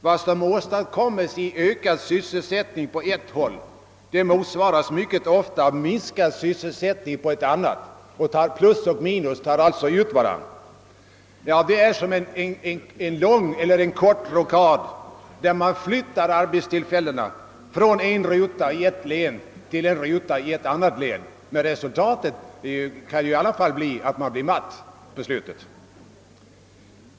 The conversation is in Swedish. Vad som åstadkommes i ökad sysselsättning på ett håll motsvaras mycket ofta av minskad sysselsättning på ett annat — plus och minus tar alltså ut varandra. Det liknar en lång eller en kort rockad, där man flyttar arbetstillfällena från en ruta i ett län till en ruta i ett annat län, men resultatet kan i alla fall bli att man till slut blir matt.